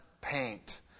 paint